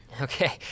Okay